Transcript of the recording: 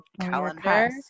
calendar